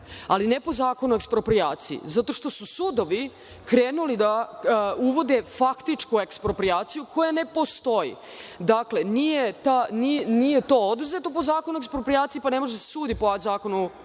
ali ne po zakonu o eksproprijaciji, zato što su sudovi krenuli da uvode faktičku eksproprijaciju koja ne postoji. Dakle, nije to oduzeto po Zakonu o eksproprijaciji, pa ne može da se sudi po Zakonu o eksproprijaciji,